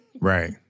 Right